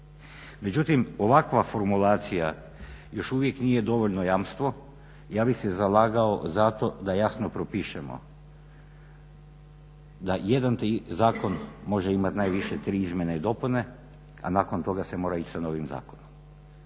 Međutim ovakva formulacija još uvijek nije dovoljno jamstvo, ja bih se zalagao za to da jasno propišemo da jedan zakon može imat najviše tri izmjene i dopune, a nakon toga se mora ići sa novim zakonom,